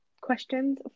questions